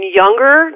younger